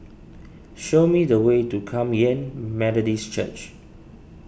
show me the way to Kum Yan Methodist Church